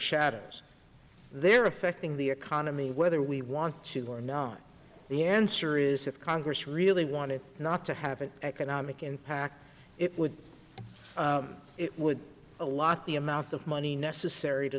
shadows they're affecting the economy whether we want to learn not the answer is if congress really wanted not to have an economic impact it would it would a lot the amount of money necessary to